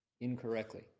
incorrectly